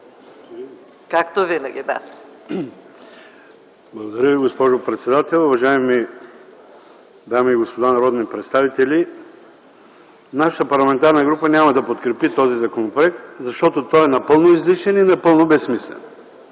АДЕМОВ (ДПС): Благодаря Ви, госпожо председател. Уважаеми дами и господа народни представители! Нашата парламентарна група няма да подкрепи този законопроект, защото той е напълно излишен и напълно безсмислен.